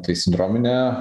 tai sindrominė